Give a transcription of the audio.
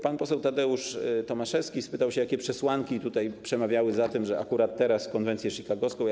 Pan poseł Tadeusz Tomaszewski pytał, jakie przesłanki przemawiały za tym, że akurat teraz konwencja chicagowska.